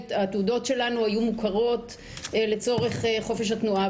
התעודות שלנו היו מוכרות לצורך חופש התנועה.